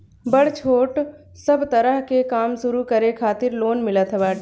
बड़ छोट सब तरह के काम शुरू करे खातिर लोन मिलत बाटे